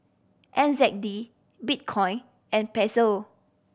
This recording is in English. N Z D Bitcoin and Peso